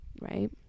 Right